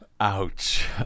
Ouch